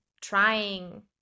trying